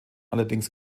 allerdings